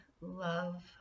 love